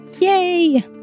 Yay